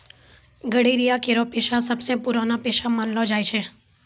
गड़ेरिया केरो पेशा सबसें पुरानो पेशा मानलो जाय छै